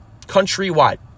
Countrywide